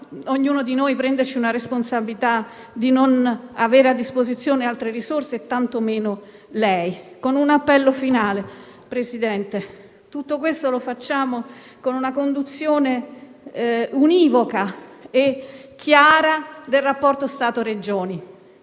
Nessuno di noi può prendersi la responsabilità di non avere a disposizione altre risorse, tantomeno lei. Un appello finale, signor Presidente: tutto questo lo facciamo con una conduzione univoca e chiara del rapporto Stato-Regioni.